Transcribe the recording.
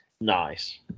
Nice